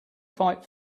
fight